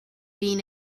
been